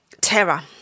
terror